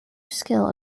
skill